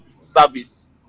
service